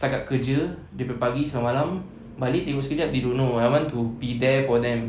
setakat kerja daripada pagi sampai malam balik tengok sekejap they don't know I want to be there for them